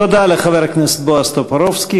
תודה לחבר הכנסת בועז טופורובסקי.